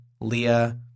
Leah